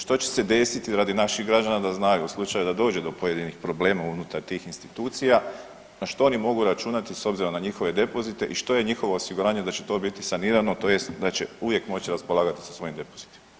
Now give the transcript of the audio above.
Što će se desiti radi naših građana da znaju u slučaju da dođe do pojedinih problema unutar tih institucija, na što oni mogu računati s obzirom na njihove depozite i što je njihovo osiguranje da će to biti sanirano tj. da će uvijek moći raspolagati sa svojim depozitima.